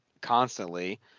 constantly